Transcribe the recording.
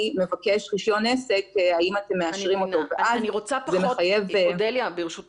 מבקש רישיון עסק האם אתם מאשרים אותו' ואז זה מחייב --- ברשותך,